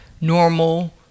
normal